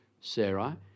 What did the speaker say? Sarah